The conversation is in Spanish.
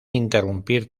interrumpir